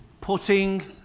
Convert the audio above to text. putting